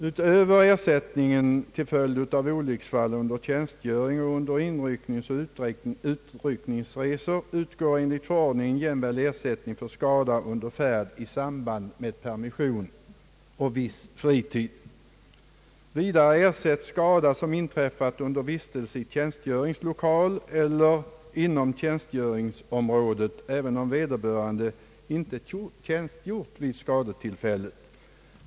Utöver ersättningen till följd av olycksfall under tjänstgöring samt inryckningsoch utryckningsresor utgår enligt förordningen jämväl ersättning för skada under färd i samband med permission och viss fritid. Vidare ersätts skada som inträffat under vistelse i tjänstgöringslokal eller inom tjänstgöringsområdet även om vederbörande inte tjänstgjort vid skadetillfället.